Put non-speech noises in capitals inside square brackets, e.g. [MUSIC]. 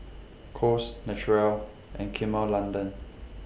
Kose Naturel and [UNINTELLIGIBLE] London